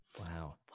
Wow